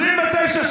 גם ברגולציה.